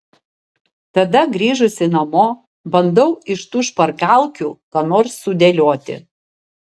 tada grįžusi namo bandau iš tų špargalkių ką nors sudėlioti